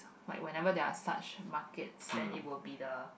like whenever there're such markets then it would be the